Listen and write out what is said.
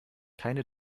keine